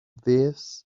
this